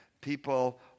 people